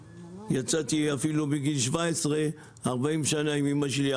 יצאתי אפילו בגיל 17 עם אמא שלי,